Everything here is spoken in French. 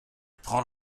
prend